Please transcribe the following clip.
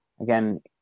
again